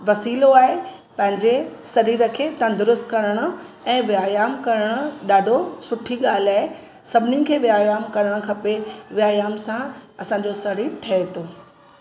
वसीलो आहे पंहिंजे शरीर खे तंदुरुस्तु करण ऐं व्यायाम करणु ॾाढो सुठी ॻाल्हि आहे सभिनीनि खे व्यायाम करणु खपे व्यायाम सां असांजो सरीर ठहे थो